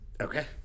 Okay